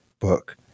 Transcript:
book